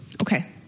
Okay